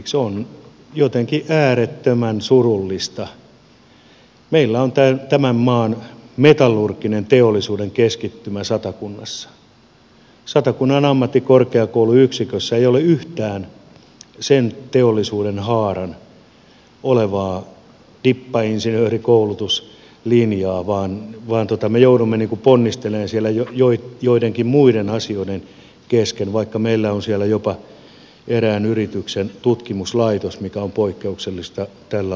on jotenkin äärettömän surullista että meillä on tämän maan metallurginen teollisuuden keskittymä satakunnassa mutta satakunnan ammattikorkeakouluyksikössä ei ole yhtään sen teollisuudenhaaran dippainsinöörikoulutuslinjaa vaan me joudumme ponnistelemaan siellä joidenkin muiden asioiden kanssa vaikka meillä on siellä jopa erään yrityksen tutkimuslaitos mikä on poikkeuksellista tällä alalla suomessa